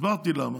הסברתי למה,